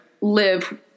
live